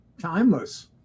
timeless